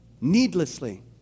Needlessly